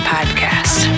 Podcast